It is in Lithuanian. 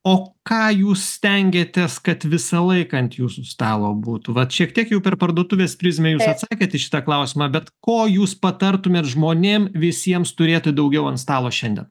o ką jūs stengiatės kad visą laiką ant jūsų stalo būtų vat šiek tiek jau per parduotuvės prizmę jūs atsakėt į šitą klausimą bet ko jūs patartumėt žmonėm visiems turėti daugiau ant stalo šiandien